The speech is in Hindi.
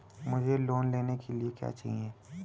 मुझे लोन लेने के लिए क्या चाहिए?